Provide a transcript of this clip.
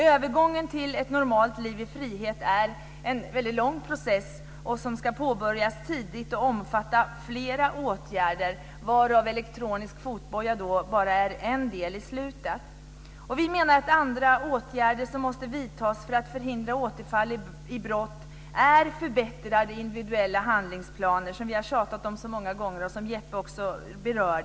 Övergången till ett normalt liv i frihet är en väldigt lång process som ska påbörjas tidigt och omfatta flera åtgärder. Elektronisk fotboja är bara en del mot slutet. Vi menar att det finns andra åtgärder som måste vidtas för att förhindra återfall i brott. Bl.a. är det förbättrade individuella handlingsplaner, som vi har tjatat om så många gånger och som Jeppe också berörde.